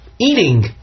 eating